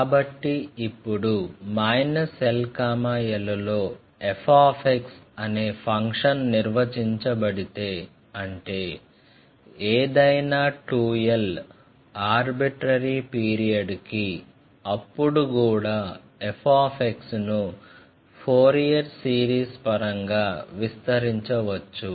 కాబట్టి ఇప్పుడు l l లో f అనే ఫంక్షన్ నిర్వచించబడితే అంటే ఏదైనా 2l ఆర్బిట్రరి పీరియడ్కి అప్పుడు కూడా f ను ఫోరియర్ సిరీస్ పరంగా విస్తరించవచ్చు